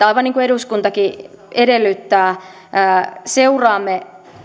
aivan niin kuin eduskuntakin edellyttää että seuraamme